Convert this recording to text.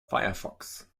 firefox